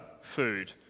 food